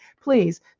please